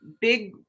big